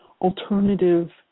alternative